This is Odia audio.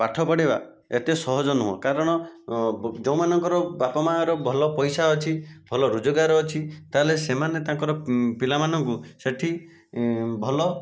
ପାଠ ପଢ଼ାଇବା ଏତେ ସହଜ ନୁହଁ କାରଣ ଯୋଉଁ ମାନଙ୍କର ବାପ ମାଆର ଭଲ ପଇସା ଅଛି ଭଲ ରୋଜଗାର ଅଛି ତାହେଲେ ସେମାନେ ତାଙ୍କର ପିଲାମାନଙ୍କୁ ସେଠି ଭଲ